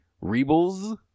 Rebels